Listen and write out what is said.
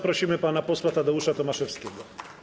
Prosimy pana posła Tadeusza Tomaszewskiego.